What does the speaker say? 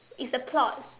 it's a plot